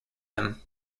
him